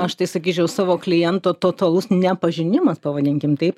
aš tai sakyčiau savo kliento totalus nepažinimas pavadinkim taip